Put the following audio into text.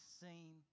seen